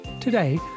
Today